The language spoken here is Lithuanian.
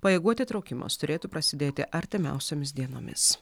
pajėgų atitraukimas turėtų prasidėti artimiausiomis dienomis